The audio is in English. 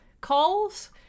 calls